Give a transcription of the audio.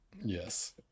yes